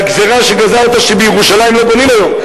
והגזירה שגזרת שבירושלים לא בונים היום,